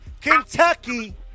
Kentucky